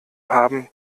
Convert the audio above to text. haben